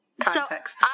context